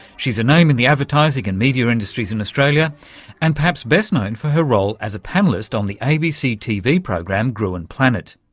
she's a name in the advertising and media industries in australia and perhaps best known for her role as a panellist on the abc tv program gruen planet.